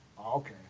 Okay